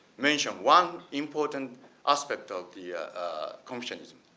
mention one important aspect of the confucianism.